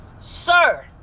Sir